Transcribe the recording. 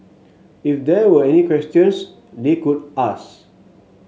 if there were any questions they could ask